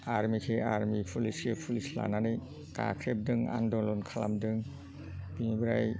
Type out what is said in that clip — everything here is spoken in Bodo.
आरमि खि आरमि पुलिस खि पुलिस लानानै गाख्रेबदों आन्द'लन खालामदों बिनिफ्राय